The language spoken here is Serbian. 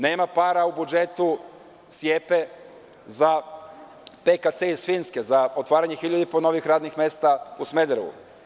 Nema para u budžetu SIEP-e, za PKC iz Finske za otvaranje 1.500 novih radnih mesta u Smederevu.